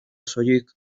soilik